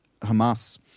Hamas